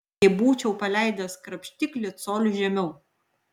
jei būčiau paleidęs krapštiklį coliu žemiau